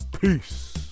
Peace